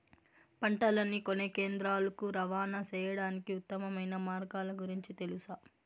పంటలని కొనే కేంద్రాలు కు రవాణా సేయడానికి ఉత్తమమైన మార్గాల గురించి తెలుసా?